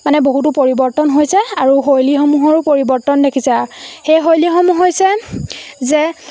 মানে বহুতো পৰিৱৰ্তন হৈছে আৰু শৈলীসমূহৰো পৰিৱৰ্তন দেখিছে সেই শৈলীসমূহ হৈছে যে